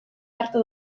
hartu